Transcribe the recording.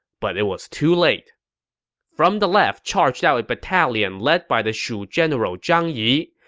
but it was too late from the left charged out a battalion led by the shu general zhang yi.